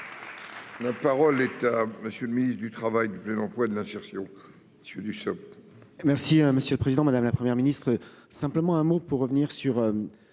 La parole est à monsieur le ministre du Travail, du plein emploi, de l'insertion. Monsieur Dussopt.